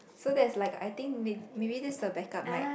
so that's like I think maybe this is a back up mic